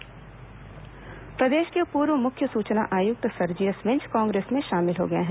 कांग्रेस सदस्यता प्रदेश के पूर्व मुख्य सूचना आयुक्त सरजियस मिंज कांग्रेस में शामिल हो गए हैं